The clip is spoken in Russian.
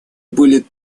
были